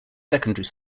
secondary